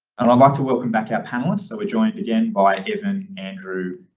and i'd like to welcome back our panelists. so we're joined again by evan andrew,